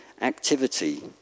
activity